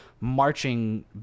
marching